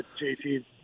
JT